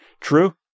True